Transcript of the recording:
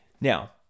Now